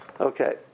Okay